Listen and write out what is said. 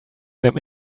them